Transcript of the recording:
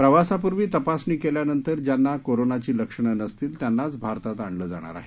प्रवासाप्र्वी तपासणी केल्यानंतर ज्यांना कोरोनाची लक्षणं नसतील त्यांनाच भारतात आणलं जाणार आहे